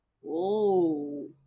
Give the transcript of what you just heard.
Whoa